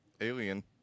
alien